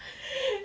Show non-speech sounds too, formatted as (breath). (breath)